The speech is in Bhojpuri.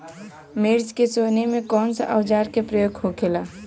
मिर्च के सोहनी में कौन सा औजार के प्रयोग होखेला?